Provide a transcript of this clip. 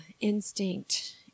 Instinct